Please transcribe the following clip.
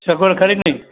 સગવડ ખરી કે નહીં